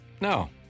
No